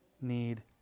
need